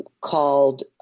called